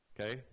Okay